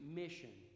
mission